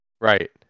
right